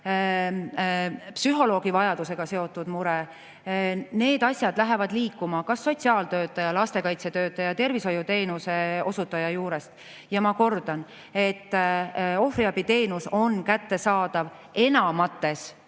või psühholoogivajadusega seotud mure. Need asjad lähevad liikuma kas sotsiaaltöötaja, lastekaitsetöötaja või tervishoiuteenuse osutaja juurest. Ma kordan, et ohvriabiteenus on kättesaadav enamates